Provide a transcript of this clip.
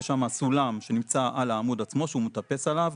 יש שם סולם שנמצא על העמוד עצמו שהוא מטפס עליו,